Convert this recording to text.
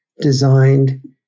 designed